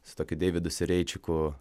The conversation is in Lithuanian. su tokiu deividu sereičiku